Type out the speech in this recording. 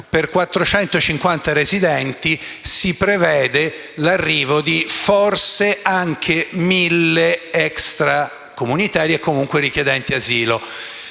di 450 residenti, si prevede l’arrivo di forse anche 1.000 extracomunitari e richiedenti asilo.